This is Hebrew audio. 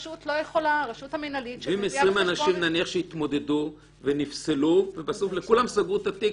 ואם 20 אנשים התמודדו ונפסלו ובסוף לכולם סגרו את התיק